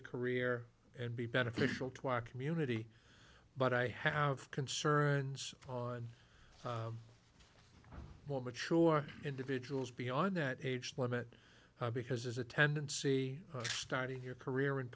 a career and be beneficial to our community but i have concerns on more mature individuals beyond that age limit because there's a tendency to starting your career